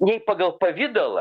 nei pagal pavidalą